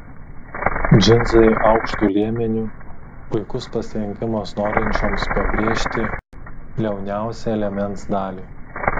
džinsai aukštu liemeniu puikus pasirinkimams norinčioms pabrėžti liauniausią liemens dalį